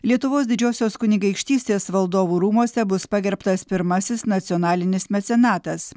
lietuvos didžiosios kunigaikštystės valdovų rūmuose bus pagerbtas pirmasis nacionalinis mecenatas